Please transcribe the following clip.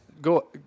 Go